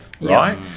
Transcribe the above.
right